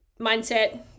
mindset